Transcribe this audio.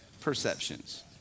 perceptions